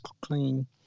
clean